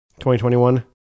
2021